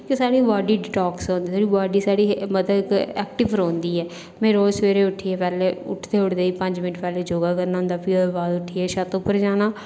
कि साढ़ी body detox होंदी साढ़ी बाड्डी साढ़ी मतलब इक ऐक्टिव रौंहदी ऐ में रोज सबेरे उट्ठियै पैहले उठदे उठदे ही पंज मिन्ट पैहले योग करना होंदा फ्ही ओह्दे बाद उट्ठियै छत उप्पर जाना